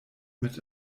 mit